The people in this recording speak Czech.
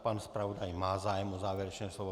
Pan zpravodaj má zájem o závěrečné slovo.